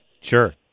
Sure